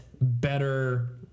better